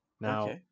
Now